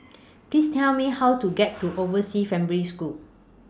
Please Tell Me How to get to Overseas Family School